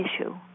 issue